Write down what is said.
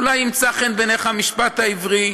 אולי ימצא חן בעיניך המשפט העברי.